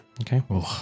Okay